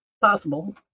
possible